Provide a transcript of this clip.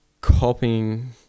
copying